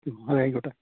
മ്മ് അതായിക്കോട്ടെ